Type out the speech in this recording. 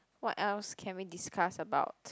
what else can we discuss about